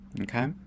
okay